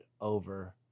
over